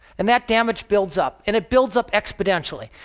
and that damage builds up. and it builds up exponentially.